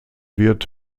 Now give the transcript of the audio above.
wird